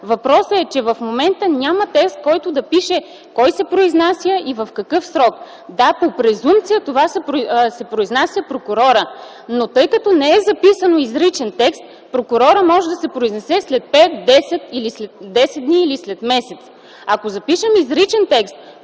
Въпросът е, че в момента няма текст, в който да пише кой се произнася и в какъв срок. Да, по презумпция се произнася прокурорът. Тъй като не е записан изричен текст, той може да се произнесе след 5, 10 дни или след месец. Ако запишем изричен текст